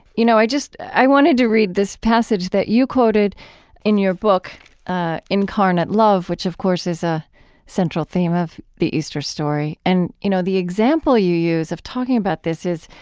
you know, i just, just, i wanted to read this passage that you quoted in your book ah incarnate love, which, of course, is a central theme of the easter story. and, you know, the example you used of talking about this is,